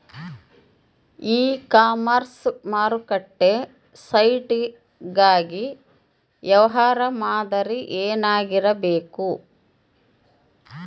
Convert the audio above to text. E commerce ಮಾರುಕಟ್ಟೆ site ಗಾಗಿ ವ್ಯವಹಾರ ಮಾದರಿ ಏನಾಗಿರಬೇಕು?